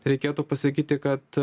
reikėtų pasakyti kad